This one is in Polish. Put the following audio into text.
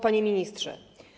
Panie Ministrze!